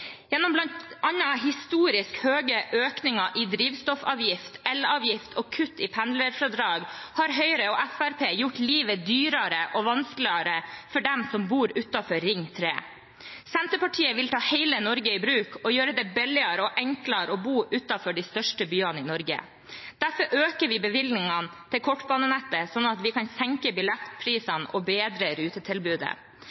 Gjennom bl.a. historisk høye økninger i drivstoffavgift og elavgift og kutt i pendlerfradrag har Høyre og Fremskrittspartiet gjort livet dyrere og vanskeligere for dem som bor utenfor Ring 3. Senterpartiet vil ta hele Norge i bruk og gjøre det billigere og enklere å bo utenfor de største byene i Norge. Derfor øker vi bevilgningene til kortbanenettet, sånn at vi kan senke